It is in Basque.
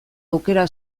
aukera